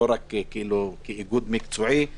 לא רק כאיגוד מקצועי,